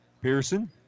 Pearson